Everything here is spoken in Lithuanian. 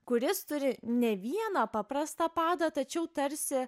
kuris turi ne vieną paprastą padą tačiau tarsi